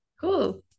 cool